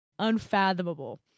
unfathomable